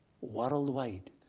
Worldwide